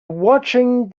watching